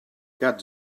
gats